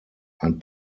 ein